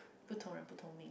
不同人不同命